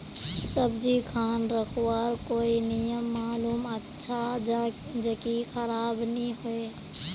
सब्जी खान रखवार कोई नियम मालूम अच्छा ज की खराब नि होय?